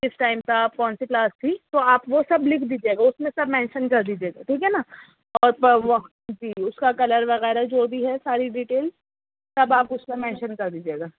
اِس ٹائم پہ آپ کونسی کلاس تھی تو وہ سب لِکھ دیجئے گا اُس میں سب مینشن کر دیجئے گا ٹھیک ہے نا جی اُس کا کلر وغیرہ جو بھی ہے ساری ڈیٹیل سب آپ اُس میں مینشن کر دیجئے گا